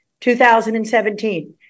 2017